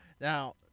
Now